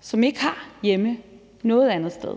som ikke har hjemme noget andet sted,